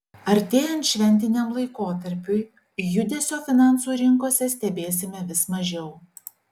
artėjant šventiniam laikotarpiui judesio finansų rinkose stebėsime vis mažiau